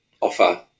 offer